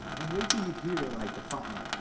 and wait till you hear, like, the final.